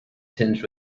tinged